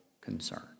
concern